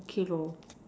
okay lah